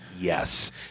yes